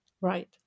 Right